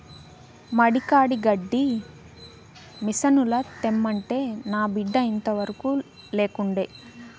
మడి కాడి గడ్డి మిసనుల తెమ్మంటే నా బిడ్డ ఇంతవరకూ లేకుండే